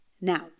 Now